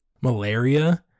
malaria